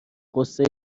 غصه